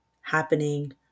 happening